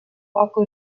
poco